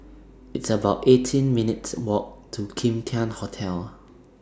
It's about eighteen minutes' Walk to Kim Tian Hotel